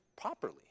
properly